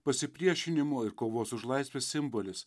pasipriešinimo ir kovos už laisvę simbolis